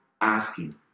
asking